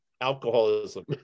alcoholism